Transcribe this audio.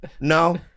No